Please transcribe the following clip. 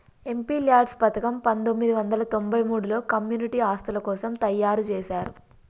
MPLADS పథకం పందొమ్మిది వందల తొంబై మూడులో కమ్యూనిటీ ఆస్తుల కోసం తయ్యారుజేశారు